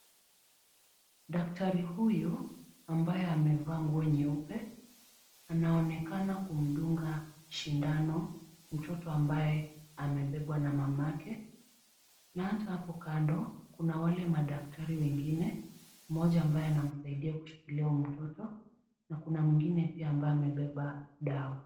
Daktari huyu, ambaye amevaa nguo nyeupe anaonekana kumdunga sindano mtoto ambaye amebebwa na mamake, na hata hapo kando kuna wale madaktari wengine. Mmoja ambaye anamsaidia kushikilia mtoto na kuna mwingine pia ambaye amebeba dawa.